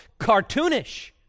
cartoonish